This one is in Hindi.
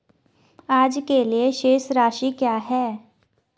आज के लिए शेष राशि क्या है?